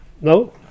No